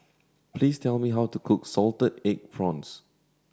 please tell me how to cook salted egg prawns